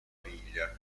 figlia